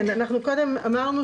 אני פותחת